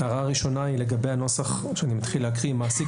ההערה הראשונה היא לגבי הנוסח שאני מתחיל להקריא: "מעסיק